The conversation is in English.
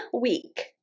week